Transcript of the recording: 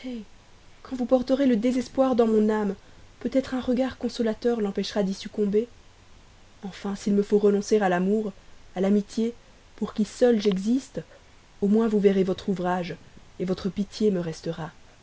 quand votre bouche portera le désespoir dans mon âme peut-être un regard consolateur l'empêchera d'y succomber enfin s'il me faut renoncer à l'amour à l'amitié pour qui seuls j'existe au moins vous verrez votre ouvrage votre pitié me restera